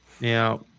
Now